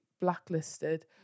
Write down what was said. blacklisted